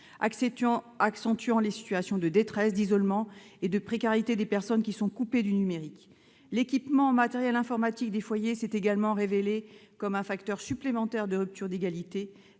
accentuant les situations de détresse, d'isolement et de précarité des personnes qui sont coupées du numérique. L'équipement des foyers en matériel informatique s'est également révélé être un facteur supplémentaire de rupture d'égalité